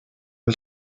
der